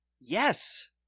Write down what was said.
Yes